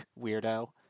weirdo